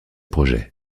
projets